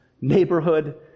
neighborhood